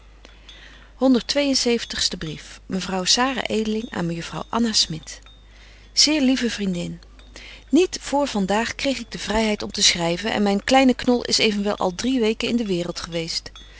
en zeventigste brief mevrouw sara edeling aan mejuffrouw anna smit zeer lieve vriendin niet voor van daag kreeg ik de vryheid om te schryven en myn kleine knol is evenwel al drie weken in de waereld geweest